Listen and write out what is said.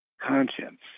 conscience